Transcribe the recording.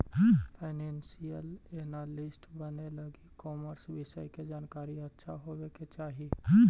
financial analyst बने लगी commerce विषय के जानकारी अच्छा होवे के चाही